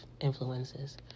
influences